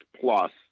plus